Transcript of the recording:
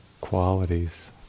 qualities